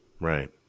Right